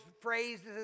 phrases